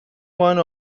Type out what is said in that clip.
one